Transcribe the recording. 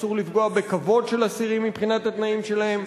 אסור לפגוע בכבוד של אסירים מבחינת התנאים שלהם.